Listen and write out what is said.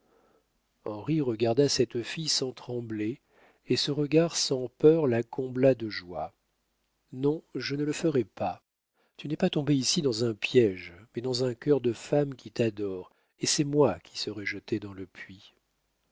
henri regarda cette fille sans trembler et ce regard sans peur la combla de joie non je ne le ferai pas tu n'es pas tombé ici dans un piége mais dans un cœur de femme qui t'adore et c'est moi qui serai jetée dans le puits